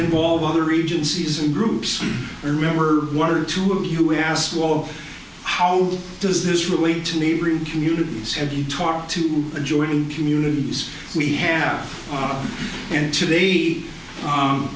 involve other agencies and groups and remember one or two of you asked wall how does this relate to neighboring communities have been talked to adjoining communities we have on and today